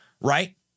right